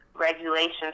regulations